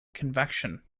convection